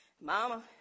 Mama